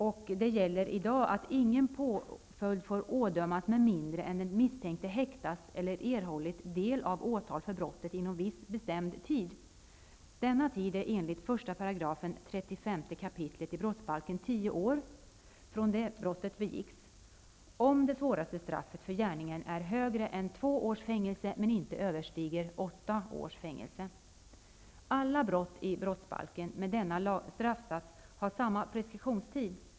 I dag gäller att ingen påföljd får ådömas med mindre den misstänkte häktats eller erhållit del av åtal för brottet inom viss bestämd tid. Denna tid är enligt 35 kap. 1 § brottsbalken tio år från det brottet begicks, om det svåraste straffet för gärningen är högre än två års fängelse men inte överstiger åtta års fängelse. Alla brott i brottsbalken med denna straffsats har samma preskriptionstid.